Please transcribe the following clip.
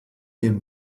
ihren